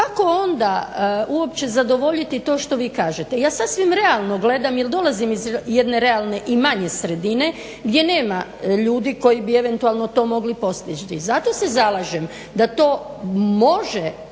kako onda uopće zadovoljiti to što vi kažete. Ja sasvim realno gledam jer dolazim jedne realne i manje sredine gdje nema ljudi koji bi eventualno to mogli postići. Zato se zalažem da to može